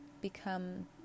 become